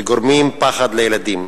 וגורמים פחד לילדים.